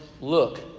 look